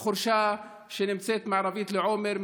בחורשה שנמצאת מערבית לעומר,